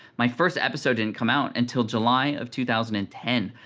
my first episode didn't come out until july of two thousand and ten,